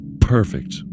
perfect